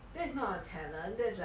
that's not a talent that's like